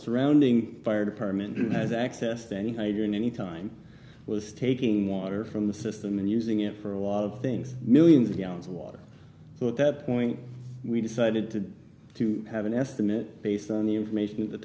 surrounding fire department has access to any idea and any time was taking water from the system and using it for a lot of things millions of gallons of water so at that point we decided to to have an estimate based on the information